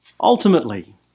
Ultimately